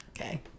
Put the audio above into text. Okay